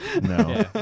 no